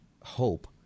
hope